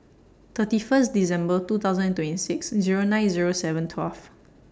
thirty First December twenty twenty six Zero nine Zero seven twelve